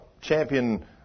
champion